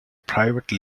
private